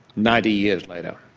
ninety years later.